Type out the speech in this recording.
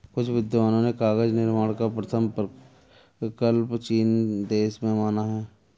कुछ विद्वानों ने कागज निर्माण का प्रथम प्रकल्प चीन देश में माना है